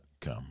come